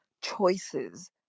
choices